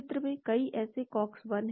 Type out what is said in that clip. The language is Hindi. चित्र में कई ऐसे कॉक्स 1 हैं